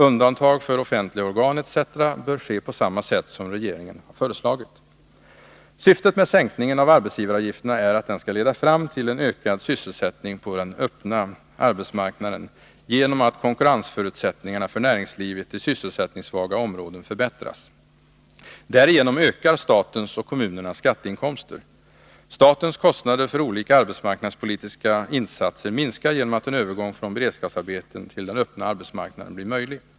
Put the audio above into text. Undantag för offentliga organ etc. bör ske på samma sätt som regeringen har föreslagit. Syftet med sänkningen av arbetsgivaravgifterna är att den skall leda till en ökad sysselsättning på den öppna arbetsmarknaden genom att konkurrensförutsättningarna för näringslivet i sysselsättningssvaga områden förbättras. Därigenom ökar statens och kommunernas skatteinkomster. Statens kostnader för olika arbetsmarknadspolitiska insatser minskar genom att en övergång från beredskapsarbeten till den öppna arbetsmarknaden blir möjlig.